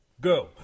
go